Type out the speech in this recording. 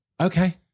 okay